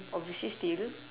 obviously steal